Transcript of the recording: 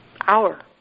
hour